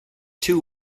two